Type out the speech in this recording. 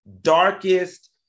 darkest